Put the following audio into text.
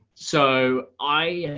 so i,